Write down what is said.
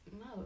No